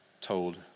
told